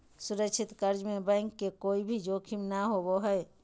सुरक्षित कर्ज में बैंक के कोय भी जोखिम नय होबो हय